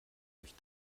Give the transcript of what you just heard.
durch